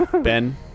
Ben